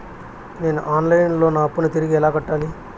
నేను online లో నా అప్పును తిరిగి ఎలా కట్టాలి?